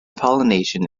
pollination